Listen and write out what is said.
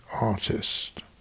artist